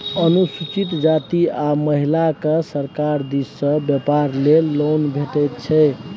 अनुसूचित जाती आ महिलाकेँ सरकार दिस सँ बेपार लेल लोन भेटैत छै